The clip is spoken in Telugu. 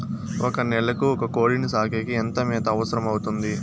ఒక నెలకు ఒక కోడిని సాకేకి ఎంత మేత అవసరమవుతుంది?